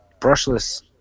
brushless